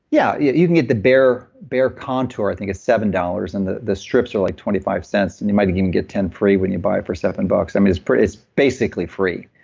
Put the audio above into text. yeah, yeah you can get the bare bare contour. i think it's seven dollars and the the strips are like twenty five cents, and you might even get ten free when you buy it for seven bucks. i mean it's pretty, it's basically free.